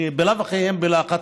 שבלאו הכי הם בלחץ,